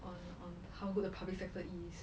on on how good the public sector is